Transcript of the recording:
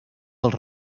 dels